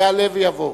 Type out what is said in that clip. יעלה ויבוא.